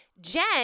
Jen